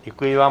Děkuji vám.